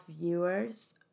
viewers